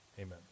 Amen